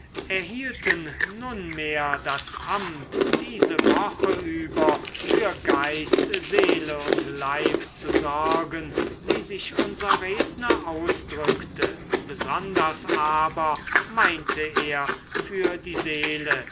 erhielten nunmehr das amt diese woche über für geist seele und leib zu sorgen wie sich unser redner ausdrückte besonders aber meinte er für die seele